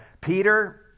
Peter